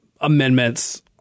amendments